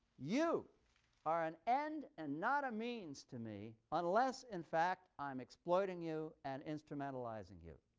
you are an end and not a means to me unless in fact i'm exploiting you and instrumentalizing you.